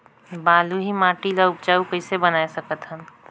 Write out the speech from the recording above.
बलुही माटी ल उपजाऊ कइसे बनाय सकत हन?